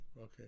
Okay